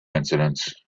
incidents